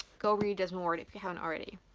go read does more and if you haven't already.